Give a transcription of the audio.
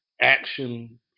action